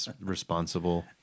responsible